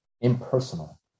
impersonal